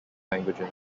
languages